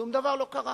שום דבר לא קרה.